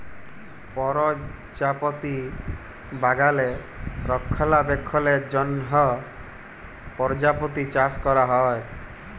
পরজাপতি বাগালে রক্ষলাবেক্ষলের জ্যনহ পরজাপতি চাষ ক্যরা হ্যয়